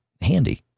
handy